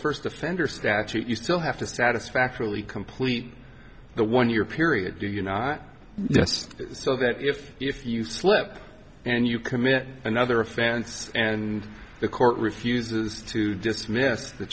first offender statute you still have to satisfactorily complete the one year period you know just so that if you if you slip and you commit another offense and the court refuses to dismiss th